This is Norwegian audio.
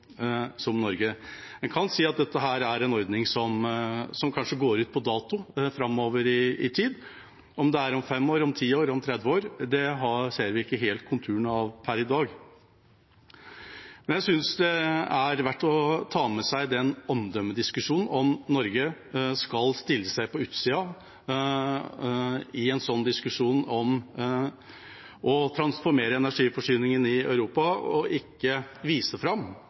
Norge. En kan si at dette er en ordning som kanskje går ut på dato framover i tid. Om det er om 5 år, 10 år eller 30 år, ser vi ikke helt konturene av per i dag, men jeg synes det er verdt å ta med seg den omdømmediskusjonen – om Norge skal stille seg på utsida i diskusjonen om å transformere energiforsyningen i Europa og ikke vise fram